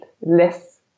less